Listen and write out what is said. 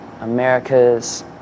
America's